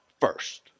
first